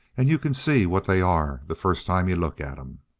and you can see what they are the first time you look at em.